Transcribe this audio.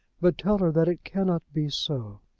but tell her that it cannot be so.